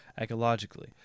ecologically